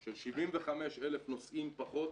של 75,000 נוסעים פחות